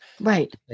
Right